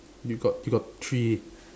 you got you got three